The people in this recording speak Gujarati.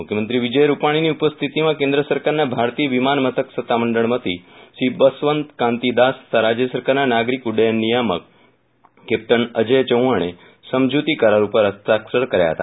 મુખ્યમંત્રી વિજય રૂપાણીની ઉપસ્થિતિમાં કેન્દ્ર સરકારના ભારતીય વિમાન મથક સત્તામંડળ વતી શ્રી બસવકાંતી દાસ તથા રાજય સરકારના નાગરિક ઉડ્ડયન નિયામક કેપ્ટન અજય ચૌહાણે સમજૂતી કરાર ઉપર હસ્તાક્ષર કર્યા હતા